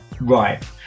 right